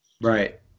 right